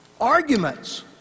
arguments